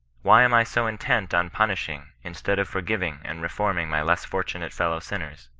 why am i so intent on punishing instead of for giving and reforming my less fortunate fellow-sinners?